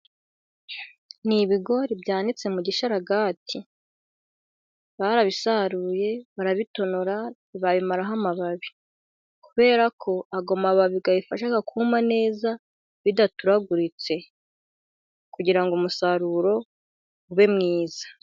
Ni ibigori byanitse mu gisharagati, barabisaruye barabitonora ntibabimaraho amababi, kubera ko ayo mababi abifasha kuma neza bidaturaguritse, kugira ngo umusaruro ube mwiza.